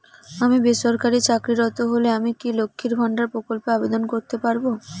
আমি বেসরকারি চাকরিরত হলে আমি কি লক্ষীর ভান্ডার প্রকল্পে আবেদন করতে পারব?